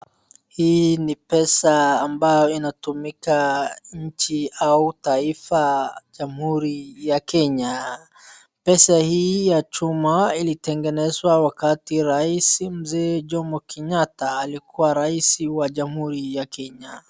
Hii ni pesa ambayo inatumika nchi au taifa jamhuri ya Kenya. Pesa hii ya chuma ilitengenezwa wakati rais Mzee Jomo Kenyatta alikuwa rasi wa jamhuri ya Kenya.